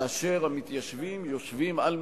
כאשר המתיישבים יושבים על מכונם,